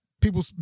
people